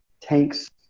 tanks